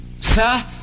Sir